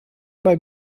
beim